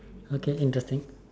okay interesting